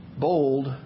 Bold